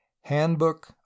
Handbook